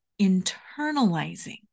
internalizing